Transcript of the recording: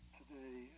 today